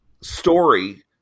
story